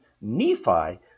Nephi